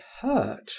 hurt